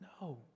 no